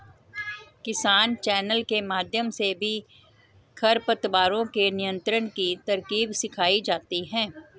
किसान चैनल के माध्यम से भी खरपतवारों के नियंत्रण की तरकीब सिखाई जाती है